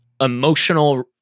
emotional